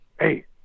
Hey